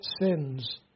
sins